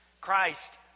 Christ